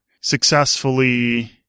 successfully